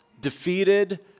defeated